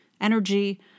energy